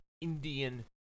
Indian